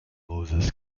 moses